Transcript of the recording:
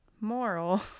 moral